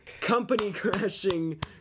company-crashing